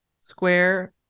square